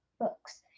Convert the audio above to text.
books